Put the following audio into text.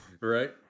right